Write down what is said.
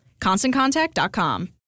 ConstantContact.com